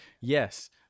Yes